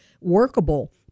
workable